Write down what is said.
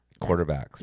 quarterbacks